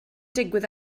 digwydd